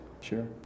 Sure